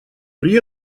при